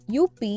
UP